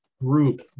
group